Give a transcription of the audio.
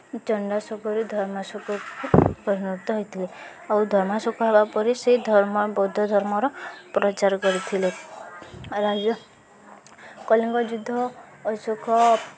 ଚଣ୍ଡାଶୋକରୁ ଧର୍ମାଶୋକକୁ ପରିଣତ ହୋଇଥିଲେ ଆଉ ଧର୍ମାଶୋକ ହେବା ପରେ ସେ ଧର୍ମ ବୌଦ୍ଧ ଧର୍ମର ପ୍ରଚାର କରିଥିଲେ ରାଜା କଳିଙ୍ଗ ଯୁଦ୍ଧ ଅଶୋକ